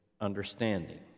understanding